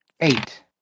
eight